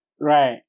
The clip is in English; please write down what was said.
Right